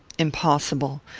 impossible!